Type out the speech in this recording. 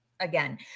Again